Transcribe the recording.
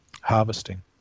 harvesting